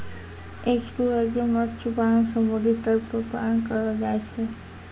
estuarine मत्स्य पालन समुद्री तट पर पालन करलो जाय छै